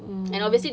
mm mm